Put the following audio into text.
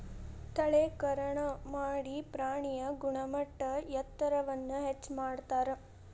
ತಳೇಕರಣಾ ಮಾಡಿ ಪ್ರಾಣಿಯ ಗುಣಮಟ್ಟ ಎತ್ತರವನ್ನ ಹೆಚ್ಚ ಮಾಡತಾರ